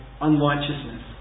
unrighteousness